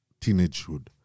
teenagehood